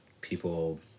people